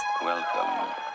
Welcome